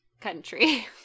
country